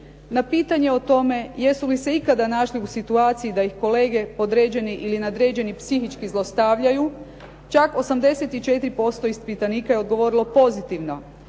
Na pitanje o tome jesu li se ikada našli u situaciji da ih kolege podređeni ili nadređeni psihički zlostavljaju čak 84% ispitanika je odgovorilo pozitivno,